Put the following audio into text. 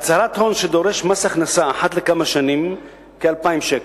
הצהרת הון שדורש מס הכנסה אחת לכמה שנים: כ-2,000 שקל.